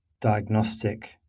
diagnostic